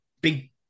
big